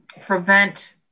prevent